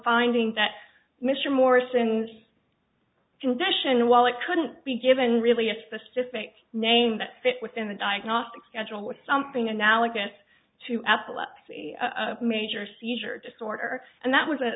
findings that mr morris and condition well it couldn't be given really a specific name that fit within the diagnostic schedule with something analogous to epilepsy major seizure disorder and that was